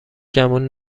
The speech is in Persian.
گمون